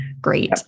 Great